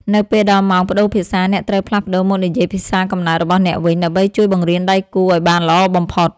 នៅពេលដល់ម៉ោងប្ដូរភាសា អ្នកត្រូវផ្លាស់ប្ដូរមកនិយាយភាសាកំណើតរបស់អ្នកវិញ ដើម្បីជួយបង្រៀនដៃគូឱ្យបានល្អបំផុត។